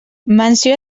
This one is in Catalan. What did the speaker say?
menció